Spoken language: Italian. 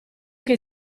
che